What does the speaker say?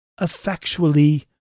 effectually